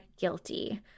guilty